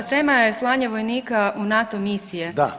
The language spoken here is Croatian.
da tema je slanje vojnika u NATO misije